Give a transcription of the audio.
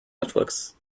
netflix